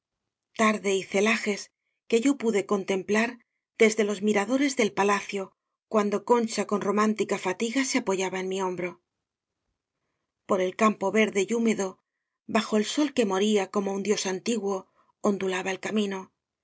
tarde y celajes que yo pude contemplar f desde los miradores del palacio cuando con cha con romántica fatiga se apoyaba en mi hombro por el campo verde y húmedo bajo el sol que moría como un dios antiguo on dulaba el camino